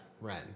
Ren